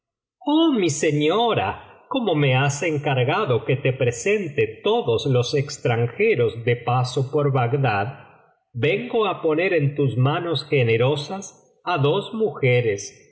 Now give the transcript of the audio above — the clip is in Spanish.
oh mi señora como me has encargado que te presente todos los extranjeros de paso por bagdad vengo á poner en tus manos generosas á dos mujeres